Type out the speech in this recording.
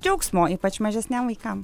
džiaugsmo ypač mažesniem vaikam